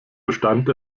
bestand